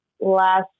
last